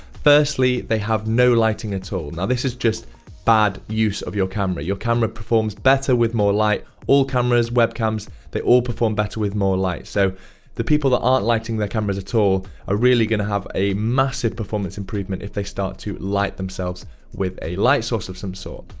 firstly, they have no lighting at all. now this is just bad use of your camera. your camera performs better with more light. all cameras, webcams, they all perform better with more light, so the people aren't lighting their cameras at all are really going to have a massive performance improvement if they start to light themselves with a light source of some sort.